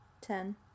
Ten